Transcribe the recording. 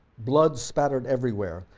blood splattered everywhere,